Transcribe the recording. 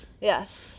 Yes